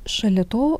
šalia to